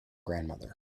grandmother